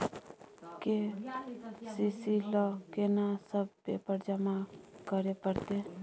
KCC ल केना सब पेपर जमा करै परतै?